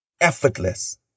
effortless